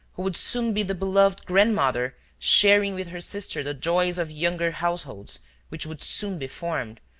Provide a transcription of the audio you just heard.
who would soon be the beloved grandmother sharing with her sister the joys of younger households which would soon be formed,